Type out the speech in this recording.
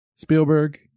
Spielberg